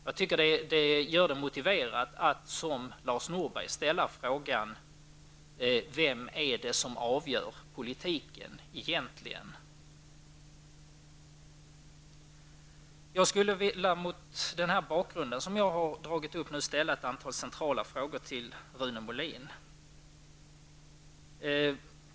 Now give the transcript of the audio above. Detta gör det motiverat att, som Lars Norberg gjorde, ställa frågan: Vem är det som avgör politiken egentligen? Mot denna bakgrund skulle jag vilja ställa ett antal centrala frågor till Rune Molin.